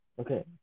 okay